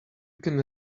can